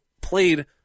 played